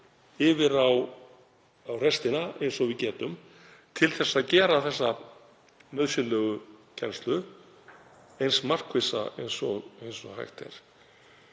yfir á restina eins og við getum til þess að gera þessa nauðsynlegu kennslu eins markvissa og hægt er